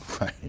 Right